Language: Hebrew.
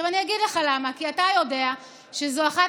עכשיו אני אגיד לך למה: כי אתה יודע שזו אחת